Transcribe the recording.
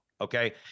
okay